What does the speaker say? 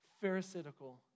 pharisaical